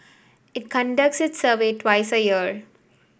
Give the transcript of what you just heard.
it conducts its survey twice a year